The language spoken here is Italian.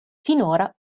finora